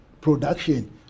production